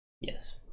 yes